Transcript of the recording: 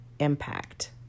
Impact